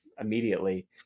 immediately